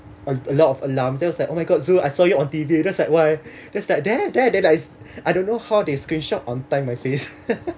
a a lot of alarm then I was like oh my god zul I saw you on T_V I was like why that's like there there I don't know how they screenshot on time my face